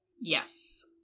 Yes